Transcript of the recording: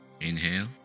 Inhale